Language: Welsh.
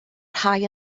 rhai